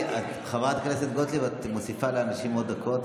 חברת הכנסת גוטליב, את מוסיפה לאנשים עוד דקות.